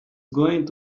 going